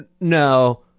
No